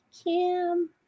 Kim